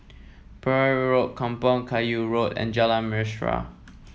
Perahu Road Kampong Kayu Road and Jalan Mesra